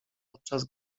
podczas